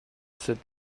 sept